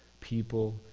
people